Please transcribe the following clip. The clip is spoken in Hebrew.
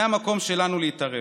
זה המקום שלנו להתערב.